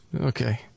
Okay